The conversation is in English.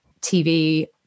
TV